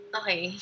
okay